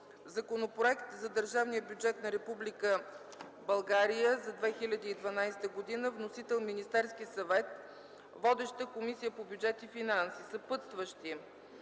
Законопроект за държавния бюджет на Република България за 2012 г. Вносител е Министерският съвет. Водеща е Комисията по бюджет и финанси. Съпътстващи